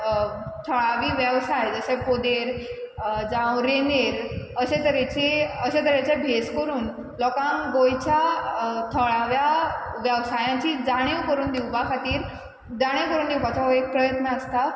थळावी वेवसाय जसो पोदेर जावं रेंदेर अशें तरेची अशें तरेचो भेस करून लोकांक गोंयच्या थळाव्या वेवसायांचीं जाणीव करून दिवपा खातीर जाणीव करून दिवपाचो एक प्रयत्न आसता